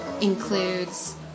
includes